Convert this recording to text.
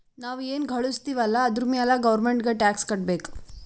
ನಾವ್ ಎನ್ ಘಳುಸ್ತಿವ್ ಅಲ್ಲ ಅದುರ್ ಮ್ಯಾಲ ಗೌರ್ಮೆಂಟ್ಗ ಟ್ಯಾಕ್ಸ್ ಕಟ್ಟಬೇಕ್